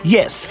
Yes